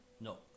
no